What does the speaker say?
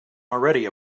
already